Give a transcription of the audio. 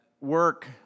work